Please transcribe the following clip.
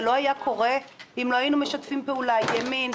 זה לא היה קורה אם לא היינו משתפים פעולה ימין,